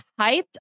hyped